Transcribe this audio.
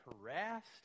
harassed